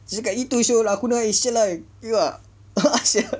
dia cakap gitu [siol] aku dengar eh !siala! pukimak a'ah sia